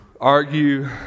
argue